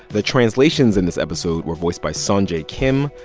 the translations in this episode were voiced by seonjae kim,